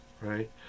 right